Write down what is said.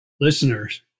listeners